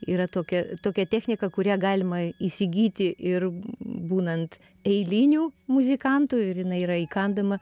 yra tokia tokia technika kurią galima įsigyti ir būnant eiliniu muzikantu ir jinai yra įkandama